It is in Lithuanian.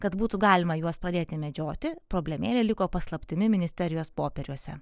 kad būtų galima juos pradėti medžioti problemėlė liko paslaptimi ministerijos popieriuose